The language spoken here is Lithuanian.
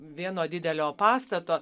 vieno didelio pastato